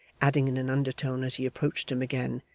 adding in an undertone as he approached him again,